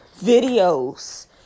videos